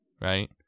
Right